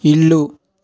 ఇల్లు